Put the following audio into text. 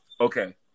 Okay